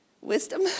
wisdom